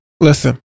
listen